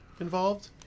involved